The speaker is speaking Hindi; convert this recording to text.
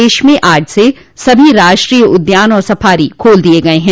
प्रदेश में आज से सभी राष्ट्रीय उद्यान आर सफारी खोल दिए गए हैं